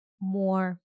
more